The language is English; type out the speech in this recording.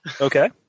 Okay